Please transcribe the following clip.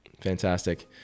Fantastic